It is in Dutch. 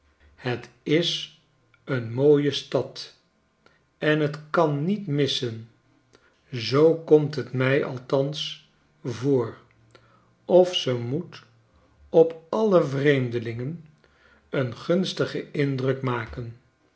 het is een mooie stad en t kan niet missen zoo komt het mij althans voor of ze moet op alle vreemdelingen een gunstigen indruk maken